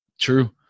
True